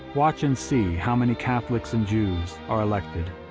watch and see how many catholics and jews are elected.